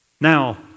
Now